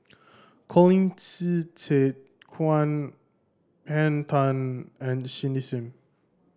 Colin Qi Zhe Quan Henn Tan and Cindy Sim